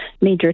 major